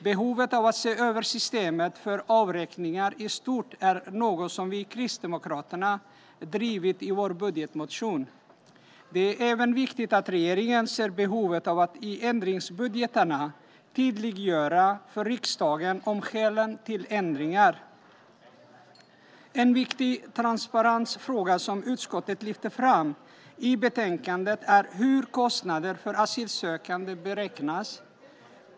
Behovet av att se över systemet för avräkningar i stort är något som vi i Kristdemokraterna drivit i vår budgetmotion. Det är även viktigt att regeringen ser behovet av att i ändringsbudgetarna tydliggöra skälen till ändringar för riksdagen. En viktig transparensfråga som utskottet lyfter fram i betänkandet är hur kostnaderna för asylsökande beräknas.